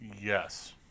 yes